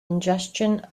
ingestion